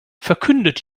verkündet